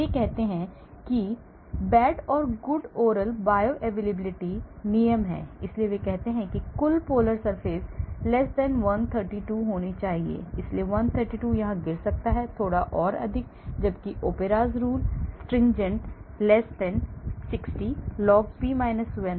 वे कहते हैं कि bad or good oral bioavailability नियम है इसलिए वे कहते हैं कि कुल polar surface area 132 होना चाहिए इसलिए 132 यहां गिर सकता है थोड़ा और अधिक जबकि Oprea rule stringent 60 log P 1 से 6 के बीच